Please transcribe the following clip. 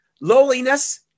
Lowliness